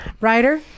Ryder